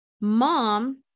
mom